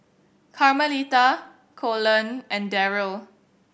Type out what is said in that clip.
Carmelita Colon and Daryle